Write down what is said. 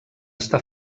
està